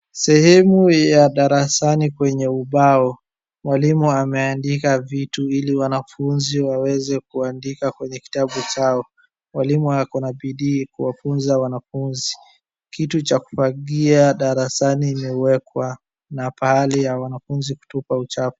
Sehemu ya darasani kwenye ubao, mwalimu ameandika vitu ili wanafunzi waweze kuandika kwenye kitabu chao .Walimu akona bidii kuwafunza wanafunzi, kitu cha kufagia darasani imewekwa na pahali ya wanafunzi kutupa uchafu.